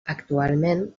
actualment